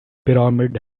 pyramids